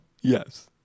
Yes